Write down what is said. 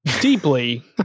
deeply